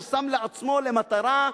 ששם לעצמו למטרה,